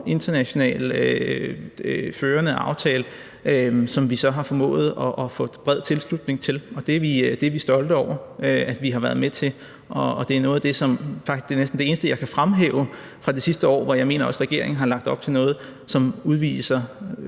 international og førende aftale, som vi så har formået at få bred tilslutning til, og det er vi stolte over at vi har været med til. Det er faktisk næsten det eneste, jeg kan fremhæve fra det sidste år, hvor jeg mener regeringen har lagt op til noget, som udviser